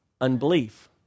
unbelief